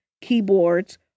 keyboards